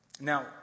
Now